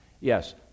yes